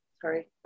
sorry